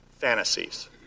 fantasies